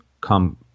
come